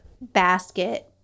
basket